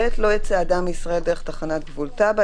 "(ב) לא יצא אדם מישראל דרך תחנת גבול "טאבה",